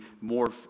more